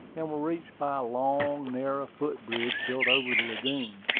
and were reached by a long, narrow foot-bridge, built over the lagoon.